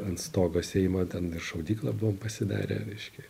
ant stogo seimo ten ir šaudyklą buvom pasidarę reiškia